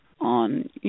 on